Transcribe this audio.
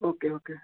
okay okay